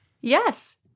Yes